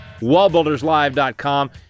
wallbuilderslive.com